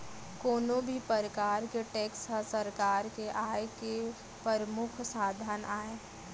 कोनो भी परकार के टेक्स ह सरकार के आय के परमुख साधन आय